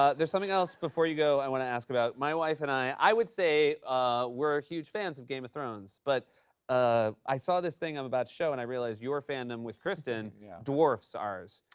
ah there's something else before you go i want to ask about. my wife and i i would say we're a huge fans of game of thrones. but ah i saw this thing i'm about to show, and i realized your fandom with kristen dwarfs ours.